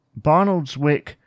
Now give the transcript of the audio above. Barnoldswick